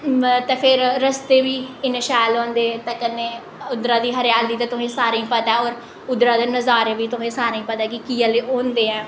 ते फिर रस्ते बी इन्ने शैल होंदे ते कन्नै उद्धरा दी हरियाली ते तुसें गी सारें गी पता ऐ होर उद्धरा दे नजारे बी तुसें गी सारें गी पता ऐ कि कि'यै जेह् होंदे ऐं